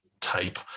type